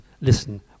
listen